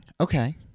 Okay